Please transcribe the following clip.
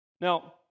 Now